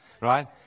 right